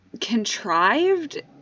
contrived